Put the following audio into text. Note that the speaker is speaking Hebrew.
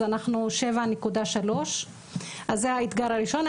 אז אנחנו 7.3. זה האתגר הראשון.